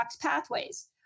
pathways